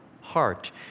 heart